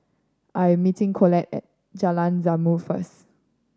I am meeting Colette at Jalan Zamrud first